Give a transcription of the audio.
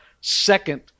second